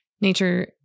nature